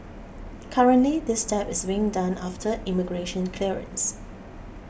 currently this step is being done after immigration clearance